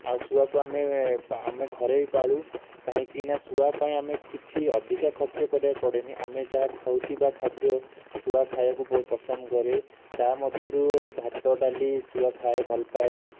ଆଉ ଶୁଆକୁ ଆମେ ଆମେ ଘରେ ବି ପାଳୁ କାହିଁକିନା ଶୁଆପାଇଁ ଆମେ କିଛି ଅଧିକା ଖର୍ଚ୍ଚ କରିବାକୁ ପଡ଼େନି ଆମେ ଯାହା ଖାଉଥିବା ଖାଦ୍ୟ ଶୁଆ ଖାଇବାକୁ ବହୁତ ପସନ୍ଦ କରେ ତା ମଧ୍ୟରୁ ଭାତ ଡାଲି ଶୁଆ ଖାଏ ଭଲ ପାଏ